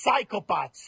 psychopaths